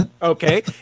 Okay